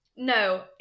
no